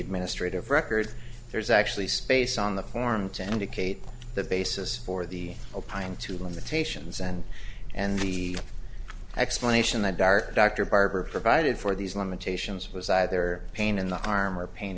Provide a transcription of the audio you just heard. administrative records there's actually space on the form to indicate the basis for the applying to limitations and and the explanation that dark dr parker provided for these limitations was either pain in the arm or pain